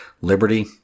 liberty